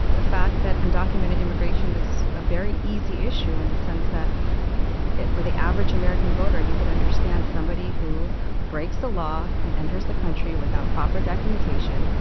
the fact that undocumented immigration is a very easy issue in the sense that for the average american voter, you can understand somebody who breaks the law and enters the country without proper documentation,